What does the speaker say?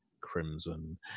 crimson